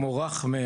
כמו רחמה,